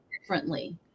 differently